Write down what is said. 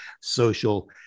social